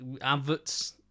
Adverts